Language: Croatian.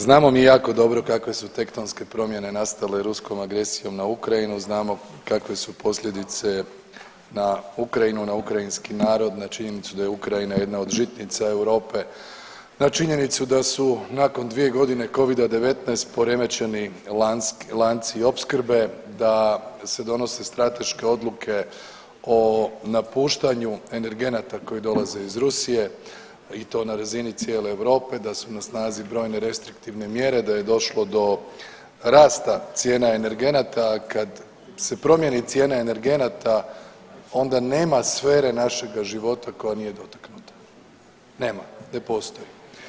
Znamo mi jako dobro kakve su tektonske promjene nastale ruskom agresijom na Ukrajinu, znamo kakve su posljedice na Ukrajinu na ukrajinski narod, na činjenicu da je Ukrajina jedna od žitnica Europe, na činjenicu da su nakon dvije godine covida-19 poremećeni lanci opskrbe, da se donose strateške odluke o napuštanju energenata koji dolaze iz Rusije i to na razini cijele Europe, da su na snazi brojne restriktivne mjere, da je došlo do rasta cijena energenata, a kad se promijeni cijena energenata onda nema sfere našega života koja nije dotaknuta, nema, ne postoji.